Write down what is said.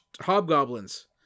Hobgoblins